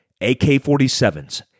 AK-47s